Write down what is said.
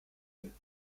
hin